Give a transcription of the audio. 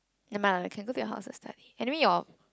never mind lah can go to your house and study anyway your